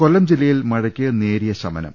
കൊല്ലം ജില്ലയിൽ മഴയ്ക്ക് നേരിയ ശമനം